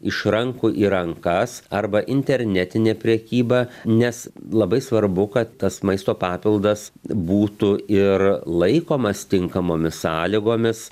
iš rankų į rankas arba internetinė prekyba nes labai svarbu kad tas maisto papildas būtų ir laikomas tinkamomis sąlygomis